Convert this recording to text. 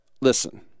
listen